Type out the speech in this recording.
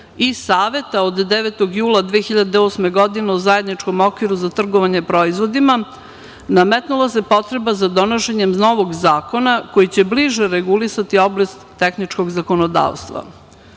i Saveta od 9. jula 2008. godine o zajedničkom okviru za trgovanje proizvodima, nametnula se potreba za donošenjem novog zakona koji će bliže regulisati oblast tehničkog zakonodavstva. Novim